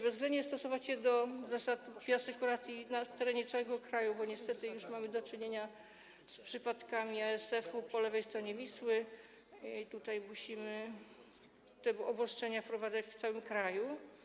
Bezwzględnie stosować się do zasad bioasekuracji na terenie całego kraju, bo niestety już mamy do czynienia z przypadkami ASF-u po lewej stronie Wisły i musimy te obostrzenia wprowadzać w całym kraju.